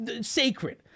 sacred